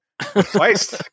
Twice